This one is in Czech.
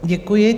Děkuji.